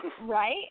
Right